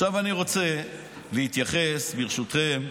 עכשיו אני רוצה להתייחס, ברשותכם,